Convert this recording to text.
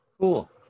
Cool